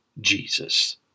Jesus